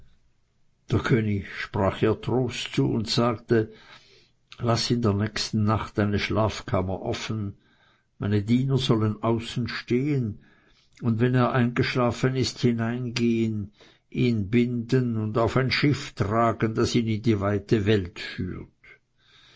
der könig sprach ihr trost zu und sagte laß in der nächsten nacht deine schlafkammer offen meine diener sollen außen stehen und wenn er eingeschlafen ist hineingehen ihn binden und auf ein schiff tragen das ihn in die weite welt führt